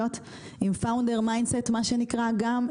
גם אם הם ירצו בכלל להשתלב בשוק העבודה,